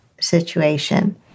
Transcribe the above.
situation